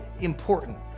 important